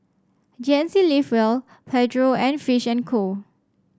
G N C Live Well Pedro and Fish and Co